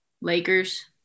Lakers